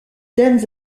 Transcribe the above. thèmes